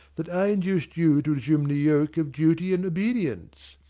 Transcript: that i induced you to resume the yoke of duty and obedience!